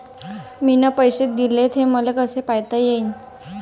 मिन पैसे देले, ते मले कसे पायता येईन?